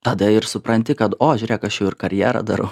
tada ir supranti kad o žiūrėk aš jau ir karjerą darau